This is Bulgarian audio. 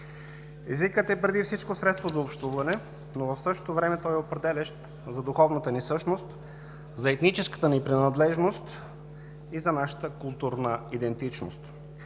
Езикът е преди всичко средство за общуване, но в същото време той е определящ за духовната ни същност, за етническата ни принадлежност и за нашата културна идентичност.